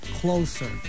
closer